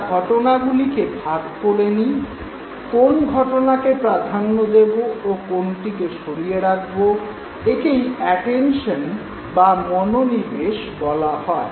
আমরা ঘটনাগুলিকে ভাগ করে নিই কোন ঘটনাতে প্রাধান্য দেব ও কোনটিকে সরিয়ে রাখব - একেই অ্যাটেনশন বা মনোনিবেশ বলা হয়